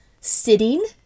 Sitting